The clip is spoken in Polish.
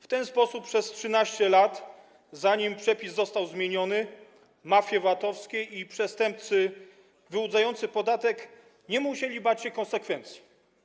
W ten sposób przez 13 lat, zanim przepis został zmieniony, mafie VAT-owskie i przestępcy wyłudzający podatek nie musieli bać się konsekwencji.